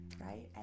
right